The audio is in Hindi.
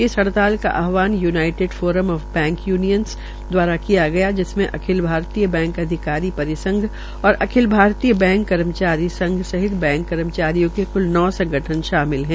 इस हडताल का आहवान united forum of bank unions दवारा किया गया है जिसमें अखिल भारतीय बैंक अधिकारी परिसंघ और अखिल भारतीय बैंक कर्मचारी संघ सहित बैंक कर्मचारियों के क्ल नौ संगठन शामिल हैं